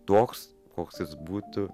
toks koks jis būtų